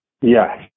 Yes